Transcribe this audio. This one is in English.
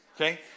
Okay